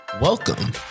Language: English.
Welcome